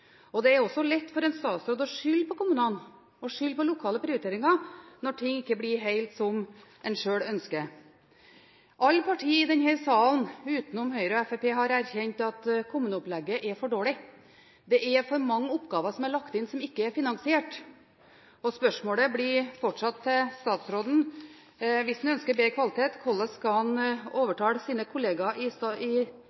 Det er også lett for en statsråd å skylde på kommunene og skylde på lokale prioriteringer når ting ikke blir helt som en sjøl ønsker. Alle partiene i denne salen, unntatt Høyre og Fremskrittspartiet, har erkjent at kommuneopplegget er for dårlig. Det er for mange oppgaver som er lagt inn, som ikke er finansiert. Spørsmålet til statsråden blir fortsatt: Hvis han ønsker bedre kvalitet – hvordan skal han